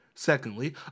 Secondly